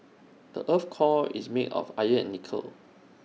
the Earth's core is made of iron and nickel